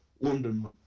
London